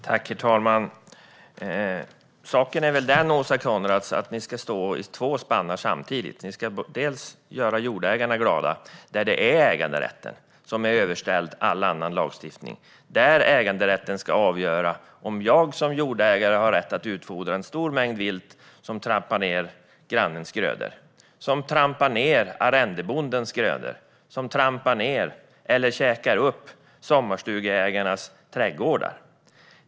Herr talman! Saken är väl den, Åsa Coenraads, att ni ska stå i två spannar samtidigt. Ni vill göra jordägarna glada, och äganderätten är ju överställd all annan lagstiftning och ska avgöra om jag som jordägare har rätt att utfodra en stor mängd vilt som trampar ned grannens och arrendebondens grödor och trampar ned eller käkar upp sommarstugeägarnas trädgårdar.